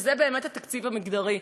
וזה באמת התקציב המגדרי.